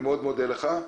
אני מאוד מודה לך.